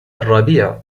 الربيع